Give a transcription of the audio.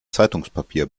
zeitungspapier